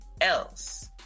else